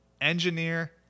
engineer